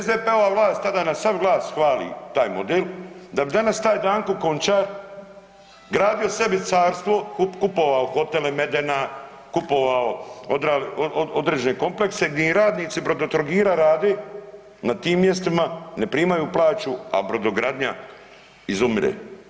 SDP-ova vlast tada na sav glas hvali taj model da bi danas taj Danko Končar gradio sebi carstvo, kupovao hotele Medena, kupovao određene komplekse gdje im radnici Brodotrogira rade na tim mjestima, ne primaju plaću, a brodogradnja izumire.